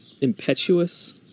impetuous